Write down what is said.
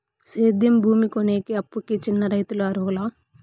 సేద్యం భూమి కొనేకి, అప్పుకి చిన్న రైతులు అర్హులా?